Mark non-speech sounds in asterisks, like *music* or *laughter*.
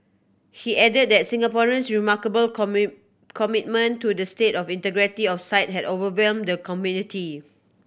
he added that Singaporean's remarkable *unintelligible* commitment to the state of integrity of site had overwhelmed the committee